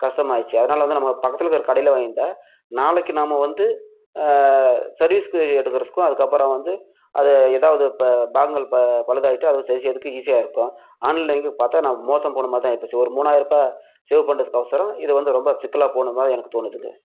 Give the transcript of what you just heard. கஷ்டமாயிடுச்சு அதனால வந்து நம்ம பக்கத்தில் இருக்கிற கடையில் வாங்கிருந்தால் நாளைக்கு நாம் வந்து சர்வீஸ்க்கு கேட்டுக்கிறதுக்கும் அதுக்கப்புறம் வந்து அதை ஏதாவது இப்போ பாகங்கள் இப்போ பழுதாயிட்டால் அதை சரி செய்கிறதுக்கு ஈஸியாக இருக்கும் ஆன்லைன் பார்த்தா நம்ம மோசம் போனமாதிரி தான் ஆயிப்போச்சு ஒரு மூணாயரூபாய் சேவ் பண்ணுறதுக்கொசரம் இது வந்து ரொம்ப சிக்கலாக போனமாதிரி எனக்கு தோணுதுங்கள்